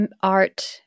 art